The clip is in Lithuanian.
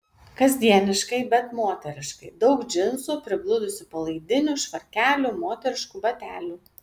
kasdieniškai bet moteriškai daug džinsų prigludusių palaidinių švarkelių moteriškų batelių